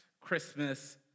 Christmas